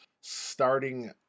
starting